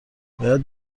باید